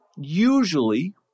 usually